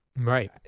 Right